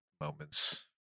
moments